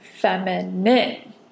feminine